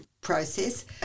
process